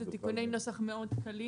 אלה תיקוני נוסח מאוד קלים.